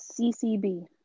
CCB